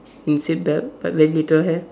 mm seat belt but very little hair